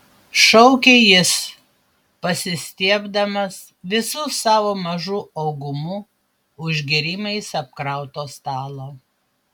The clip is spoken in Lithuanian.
šaukė jis pasistiebdamas visu savo mažu augumu už gėrimais apkrauto stalo